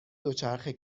دوچرخه